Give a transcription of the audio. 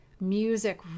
music